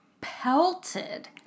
pelted